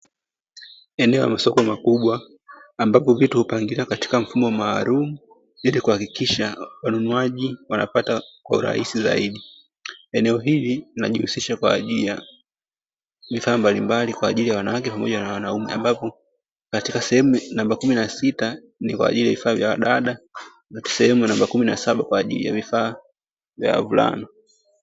Eneo la masoko makubwa ambapo vitu hupangiwa katika mfumo maalumu, ili kuhakikisha wanunuaji wanapata kwa urahisi zaidi; eneo hili linajihusisha kwa ajili ya vifaa mbalimbali kwa ajili ya wanawake pamoja na wanaume; ambapo katika sehemu namba kumi na sita ni kwa ajili ya vifaa vya wadada, na sehemu namba kumi na saba kwa ajili ya vifaa vya wavulana.